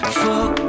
fuck